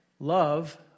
Love